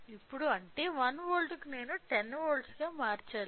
ఇప్పుడు అంటే 1 వోల్ట్ నేను 10 వోల్ట్లుగా మార్చాలి